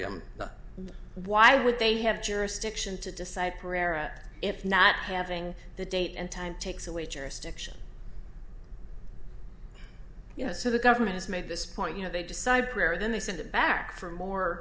but why would they have jurisdiction to decide pereira if not having the date and time takes away jurisdiction yes so the government has made this point you know they decide prayer then they send it back for more